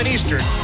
Eastern